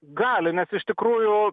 gali nes iš tikrųjų